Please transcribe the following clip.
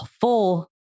full